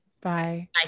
Bye